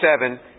seven